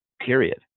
period